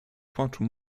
płaczu